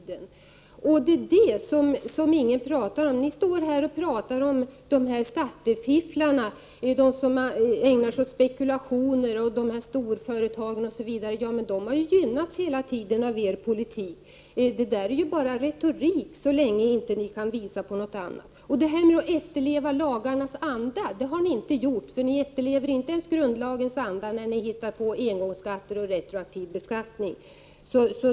Det är detta som ingen talar om. Ni talar om skattefifflarna som ägnar sig åt spekulationer och om storföretagen. Men dessa har ju hela tiden gynnats av er politik. Ert tal är ju bara retorik så länge ni inte kan visa på något annat. Ni har inte heller efterlevt lagarnas anda. Ni efterlever inte ens grundlagens anda när ni hittar på engångsskatter och retroaktiv beskattning.